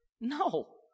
No